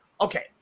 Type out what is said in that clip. okay